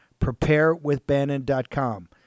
preparewithbannon.com